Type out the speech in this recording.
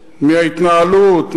מההתנהלות,